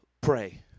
Pray